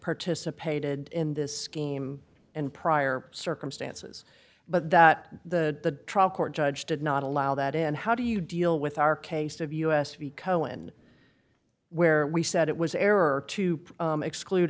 participated in this scheme and prior circumstances but that the trial court judge did not allow that in how do you deal with our case of us cohen where we said it was error to exclude